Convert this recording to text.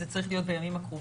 זה צריך להיות בימים הקרובים.